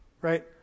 Right